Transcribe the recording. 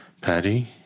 Patty